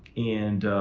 and